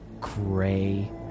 gray